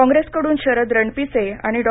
काँग्रेसकडून शरद रणपिसे आणि डॉ